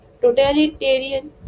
totalitarian